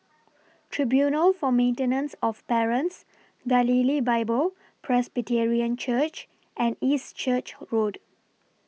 Tribunal For Maintenance of Parents Galilee Bible Presbyterian Church and East Church Road